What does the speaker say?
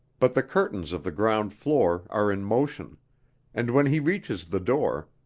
but the curtains of the ground floor are in motion and when he reaches the door,